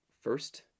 first